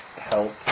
help